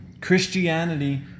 Christianity